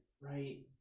right